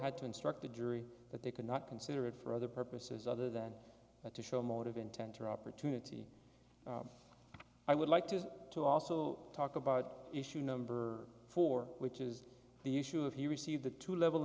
had to instruct the jury that they could not consider it for other purposes other than to show motive intent or opportunity i would like to to also talk about issue number four which is the issue of he received the two level